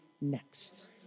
next